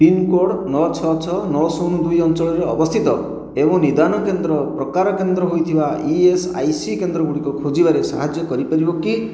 pin code ନଅ ଛଅ ଛଅ ନଅ ଶୂନ ଦୁଇ ଅଞ୍ଚଳରେ ଅବସ୍ଥିତ ଏବଂ ନିଦାନ କେନ୍ଦ୍ର ପ୍ରକାର କେନ୍ଦ୍ର ହୋଇଥିବା ଇ ଏସ୍ ଆଇ ସି କେନ୍ଦ୍ର ଗୁଡ଼ିକ ଖୋଜିବାରେ ସାହାଯ୍ୟ କରିପାରିବ କି